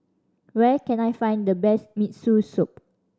where can I find the best Miso Soup